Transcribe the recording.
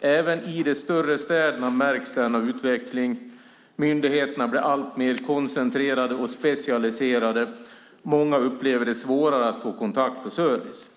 Även i de större städerna märks denna utveckling. Myndigheterna blir alltmer koncentrerade och specialiserade. Många upplever det svårare att få kontakt och service.